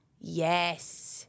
Yes